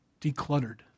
Decluttered